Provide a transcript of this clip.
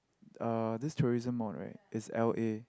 this tourism mod right is L_A